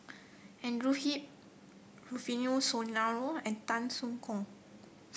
Andrew Hip Rufino Soliano and Tan Soo Khoon